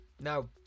Now